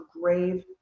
grave